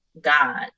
God